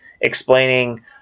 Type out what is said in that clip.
explaining